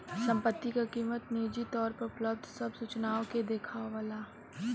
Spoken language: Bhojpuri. संपत्ति क कीमत निजी तौर पर उपलब्ध सब सूचनाओं के देखावला